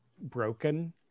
broken